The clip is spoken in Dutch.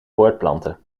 voortplanten